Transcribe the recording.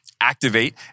activate